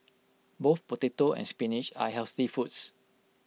both potato and spinach are healthy foods